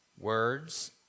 Words